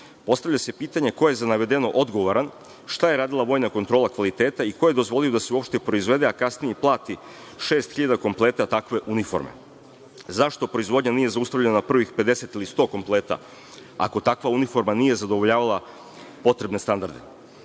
Postavlja se pitanje ko je za navedeno odgovoran? Šta je radila vojna kontrola kvaliteta i ko je dozvolio da se uopšte proizvede, a kasnije i plati šest hiljada kompleta takve uniforme? Zašto proizvodnja nije zaustavljena u prvih 50 ili 100 kompleta, ako takva uniforma nije zadovoljavala potrebne standarde? Ovo